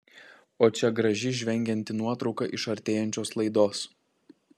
o čia graži žvengianti nuotrauka iš artėjančios laidos